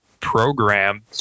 Program